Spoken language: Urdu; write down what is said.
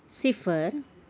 صفر